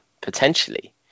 potentially